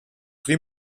die